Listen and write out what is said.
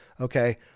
Okay